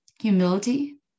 humility